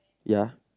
ya